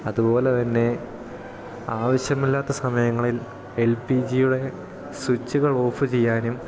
അതുപോലെ തന്നെ ആവശ്യമില്ലാത്ത സമയങ്ങളിൽ എൽ പി ജിയുടെ സ്വിച്ചുകൾ ഓഫ് ചെയ്യാനും